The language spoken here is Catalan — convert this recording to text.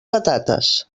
patates